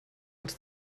els